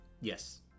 Yes